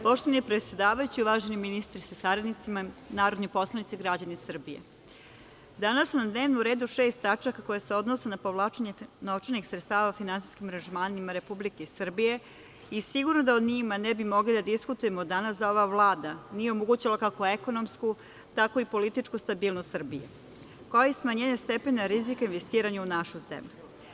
Poštovani predsedavajući, uvaženi ministre sa saradnicima, narodni poslanici građani Srbije, danas na dnevnom redu je šest tačaka koje se odnose na povlačenje novčanih sredstava finansijskim aranžmanima Republike Srbije i sigurno da o njima ne bi mogli da diskutujemo danas da ova Vlada nije omogućila kako ekonomsku, tako i političku stabilnost Srbije, kao i smanjenje stepena rizika investiranja u našu zemlju.